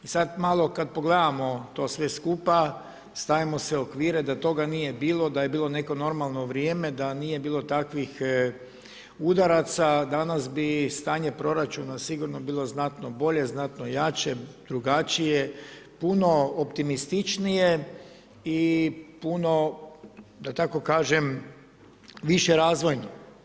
I sad malo kad pogledamo to sve skupa, stavimo se u okvire da toga nije bilo, da je bilo neko normalno vrijeme, da nije bilo takvih udaraca, danas bi stanje proračuna sigurno bilo znatno bolje, znatno jače, drugačije, puno optimističnije i puno da tako kažem, više razvojno.